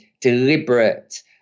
deliberate